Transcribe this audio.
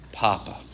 Papa